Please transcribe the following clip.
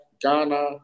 Ghana